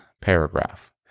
paragraph